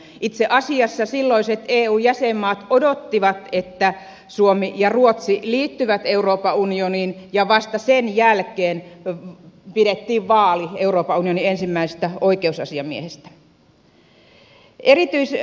itse asiassa silloiset eu jäsenmaat odottivat että suomi ja ruotsi liittyvät euroopan unioniin ja vasta sen jälkeen pidettiin vaali euroopan unionin ensimmäisestä oikeusasiamiehestä